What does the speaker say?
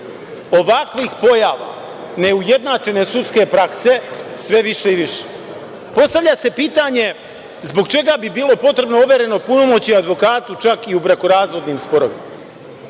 ovakvih pojava neujednačene sudske prakse sve više i više. Postavlja se pitanje – zbog čega bi bilo potrebno overeno punomoćje advokatu čak i u brakorazvodnoj sporovima?